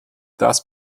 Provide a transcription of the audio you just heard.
das